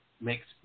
makes